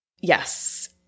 Yes